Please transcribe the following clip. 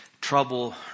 Trouble